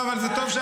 שמחה,